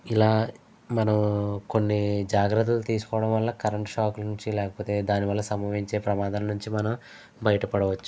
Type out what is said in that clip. ఇలా మనం కొన్ని జాగ్రత్తలు తీసుకోవడం వల్ల కరెంట్ షాక్ నుంచి లేకపోతే దాని వల్ల సంభవించే ప్రమాదాల నుంచి మనం బయటపడవచ్చు